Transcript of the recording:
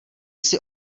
jsi